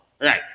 right